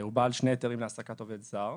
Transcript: הוא בעל שני היתרים להעסקת עובד זר,